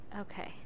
Okay